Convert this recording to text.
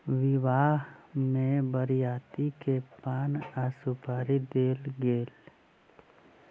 विवाह में बरियाती के पान आ सुपारी देल गेल